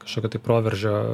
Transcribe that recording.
kažkokio tai proveržio